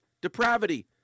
depravity